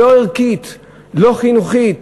לא ערכית, לא חינוכית,